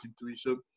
Intuition